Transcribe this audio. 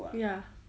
ya